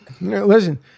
Listen